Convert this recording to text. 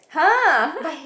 !huh!